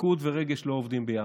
פיקוד ורגש לא עובדים ביחד.